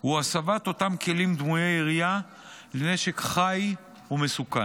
הוא הסבת אותם כלים דמויי כלי ירייה לנשק חי ומסוכן.